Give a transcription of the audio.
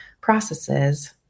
processes